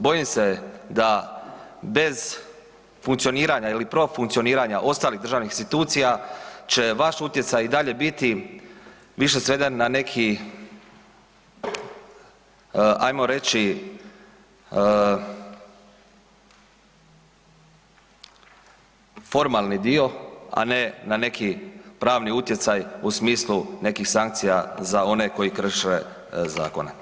Bojim se da bez funkcioniranja ili pro funkcioniranja ostalih državnih institucija će vaš utjecaj i dalje biti više sveden na neki, ajmo reći, formalni dio, a ne na neki pravni utjecaj u smislu nekih sankcija za one koji krše zakone.